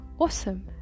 awesome